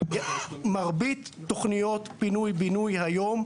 מרבית תוכניות פינוי בינוי היום,